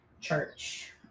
church